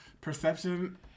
Perception